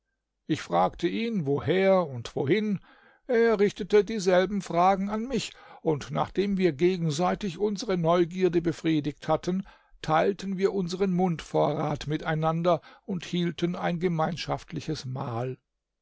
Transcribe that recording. ich fragte ihn woher und wohin er richtete dieselben fragen an mich und nachdem wir gegenseitig unsere neugierde befriedigt hatten teilten wir unsern mundvorrat miteinander und hielten ein gemeinschaftliches mahl